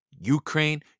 ukraine